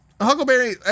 Huckleberry